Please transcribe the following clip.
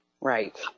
Right